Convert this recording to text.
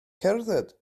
cerdded